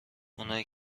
اونایی